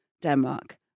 Denmark